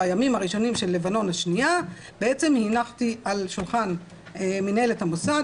בימים הראשונים של לבנון השנייה הנחתי על שולחן מינהלת המוסד,